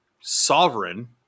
sovereign